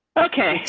okay.